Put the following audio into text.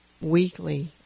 weekly